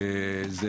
קודם כל,